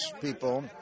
people